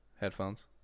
headphones